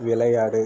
விளையாடு